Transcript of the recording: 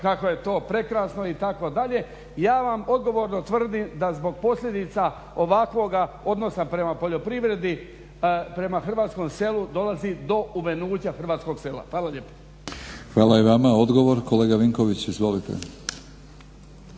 kako je to prekrasno itd. Ja vam odgovorno tvrdim da zbog posljedica ovakvoga odnosa prema poljoprivredi, prema hrvatskom selu dolazi do uvenuća hrvatskog sela. Hvala lijepa. **Batinić, Milorad (HNS)** Hvala i vama. Odgovor, kolega Vinković. Izvolite.